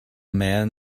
man